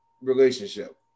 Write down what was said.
relationship